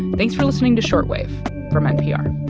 thanks for listening to short wave from npr